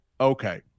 okay